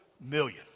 million